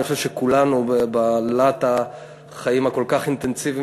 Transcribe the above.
אני חושב שכולנו בלהט החיים הכל-כך אינטנסיביים